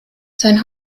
sein